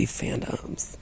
fandoms